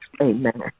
amen